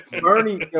Bernie